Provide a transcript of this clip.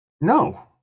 No